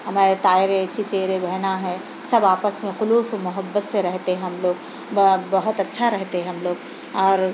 ہمارے تائے چچیرے بہنیں ہیں سب آپس میں خلوص و محبت سے رہتے ہم لوگ یا بہت اچھا رہتے ہیں ہم لوگ اور